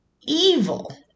evil